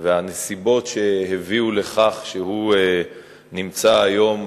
והנסיבות שהביאו לכך שהוא נמצא היום,